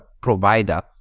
provider